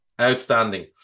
Outstanding